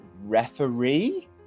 referee